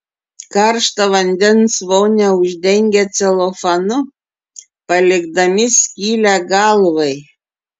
karštą vandens vonią uždengia celofanu palikdami skylę galvai